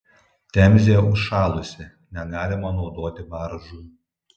temzė užšalusi negalima naudoti baržų